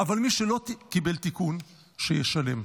אבל מי שלא קיבל תיקון, שישלם.